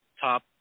top